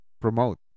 promote